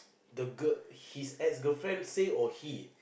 the girl his ask a girlfriend say or he